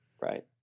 Right